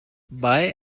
buy